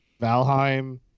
valheim